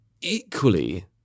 equally